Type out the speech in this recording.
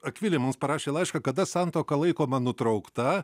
akvilė mums parašė laišką kada santuoka laikoma nutraukta